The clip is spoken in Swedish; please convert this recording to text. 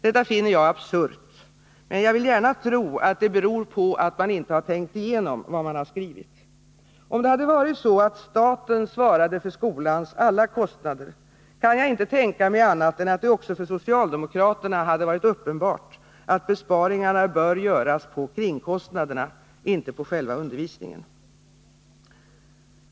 Detta finner jag absurt men vill gärna tro att det beror på att man inte tänkt igenom vad man skrivit. Om det hade varit så att staten svarade för skolans alla kostnader kan jag inte tänka mig annat än att det också för socialdemokraterna hade varit uppenbart att besparingarna borde göras på kringkostnaderna, inte på själva undervisningen.